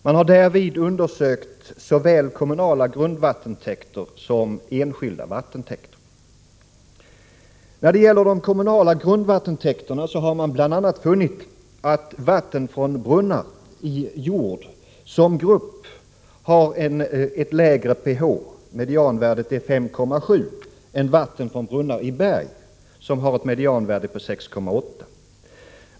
Man har därvid undersökt såväl kommunala grundvattentäkter som enskilda vattentäkter. När det gäller de kommunala grundvattentäkterna har man bl.a. funnit att vatten från brunnar i jord som grupp har ett lägre pH-värde — medianvärdet är 5,7 — än vatten från brunnar i berg, som har ett medianvärde på 6,8.